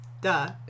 Duh